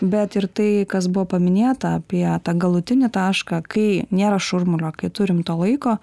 bet ir tai kas buvo paminėta apie tą galutinį tašką kai nėra šurmulio kai turim to laiko